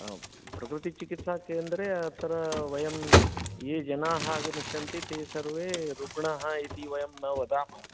प्रकृतिचिकित्सा केन्द्रे अत्र वयं ये जनाः आगमिष्यन्ति ते सर्वे रुग्णाः इति वयं न वदामः